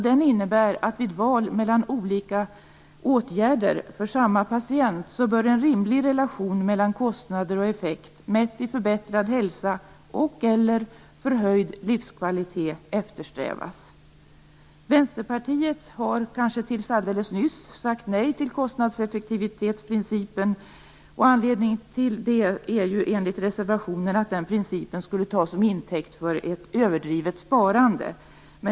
Den innebär att vid val mellan olika åtgärder för samma patient bör en rimlig relation mellan kostnader och effekt, mätt i förbättrad hälsa och/eller förhöjd livskvalitet, eftersträvas. Vänsterpartiet har, kanske till alldeles nyligen, sagt nej till kostnadseffektivitetsprincipen. Anledningen till det är enligt reservationen att den principen skulle tas till intäkt för ett överdrivet sparande.